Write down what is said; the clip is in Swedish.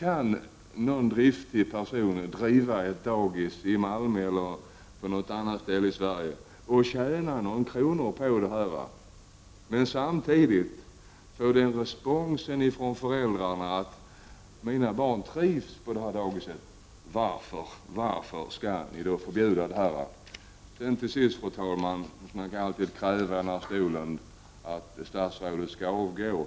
att någon driftig person driver ett dagis i Malmö eller på något annat ställe i Sverige och tjänar några kronor på det och kunna få respons från föräldrar att deras barn trivs på det dagiset? Fru talman! Man kan alltid kräva att statsrådet skall avgå.